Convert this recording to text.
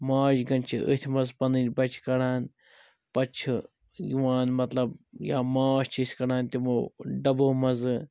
ماچھگَن چھِ أتھۍ مَنٛز پَنٕنۍ بَچہِ کَڑان پَتہٕ چھِ یِوان مَطلَب یا ماچھ چھِ أسۍ کَڑان تِمو ڈَبو مَنٛزٕ